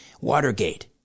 Watergate